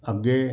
ਅੱਗੇ